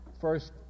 first